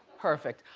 perfect.